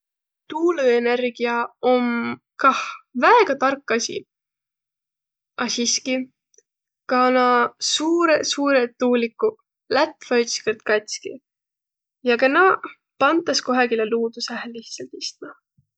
Tuulõenergia om kah väega tark asi. A siskiq ka naaq suurõq, suurõq tuulikuq lätväq ütskõrd kats'ki ja ka naaq pantas kohegile luudusehe lihtsalt istma.